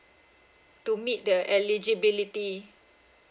to meet the eligibility